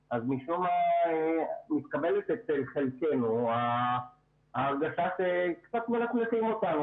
אז משום מה מתקבלת אצל חלקנו ההרגשה שקצת מנפנפים אותנו,